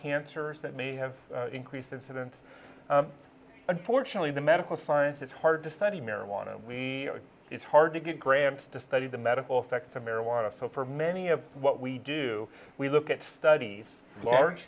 cancers that may have increased incidence unfortunately the medical science it's hard to study marijuana it's hard to get grants to study the medical effects of marijuana so for many of what we do we look at studies large